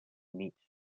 mig